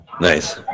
nice